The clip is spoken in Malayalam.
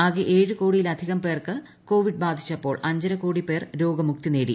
ആകെ ഏഴ് കോടിയിലധികം പേർക്ക് കോവിഡ് ബാധിച്ചപ്പോൾ അഞ്ചരക്കോടി പേർ രോഗമുക്തി നേടി